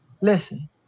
listen